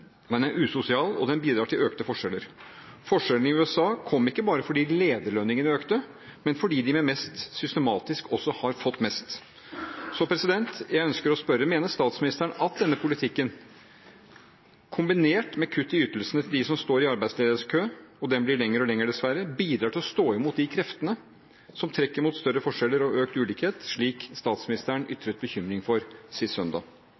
den er usosial og bidrar til økte forskjeller. Forskjellene i USA kom ikke bare fordi lederlønningene økte, men også fordi de med mest systematisk også har fått mest. Så jeg ønsker å spørre: Mener statsministeren at denne politikken, kombinert med kutt i ytelsene til dem som står i arbeidsledighetskø – den blir lengre og lengre, dessverre – bidrar til å stå imot de kreftene som trekker mot større forskjeller og økt ulikhet, slik statsministeren